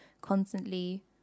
constantly